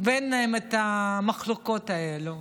ואין להם את המחלוקות האלה.